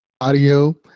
audio